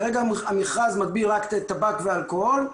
כרגע המכרז מגביל רק טבק ואלכוהול.